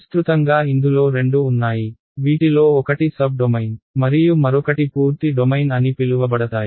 విస్తృతంగా ఇందులో రెండు ఉన్నాయి వీటిలో ఒకటి సబ్ డొమైన్ మరియు మరొకటి పూర్తి డొమైన్ అని పిలువబడతాయి